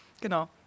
Genau